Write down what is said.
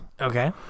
okay